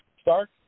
Stark